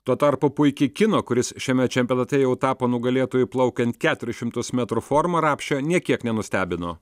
tuo tarpu puiki kino kuris šiame čempionate jau tapo nugalėtoju plaukiant keturis šimtus metrų forma rapšio nė kiek nenustebino